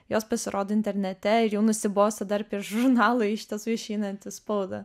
jos pasirodo internete ir jau nusibosta dar prieš žurnalui iš tiesų išeinant į spaudą